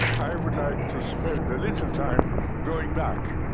i would like to spend and a little time going back.